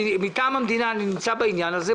מטעם המדינה אני נמצא בעניין הזה,